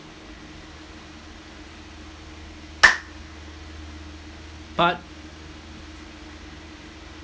part